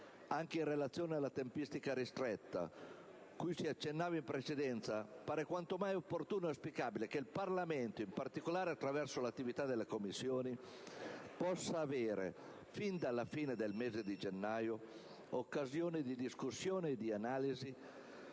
Anche in relazione alla tempistica ristretta cui si accennava in precedenza, appare quanto mai opportuno e auspicabile che il Parlamento, in particolare attraverso l'attività delle Commissioni, possa avere sin dalla fine del mese di gennaio occasione di discussione e di analisi,